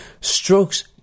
Strokes